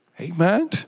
Amen